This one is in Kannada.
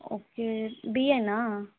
ಓಕೆ ಬಿ ಎ ನಾ